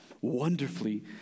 wonderfully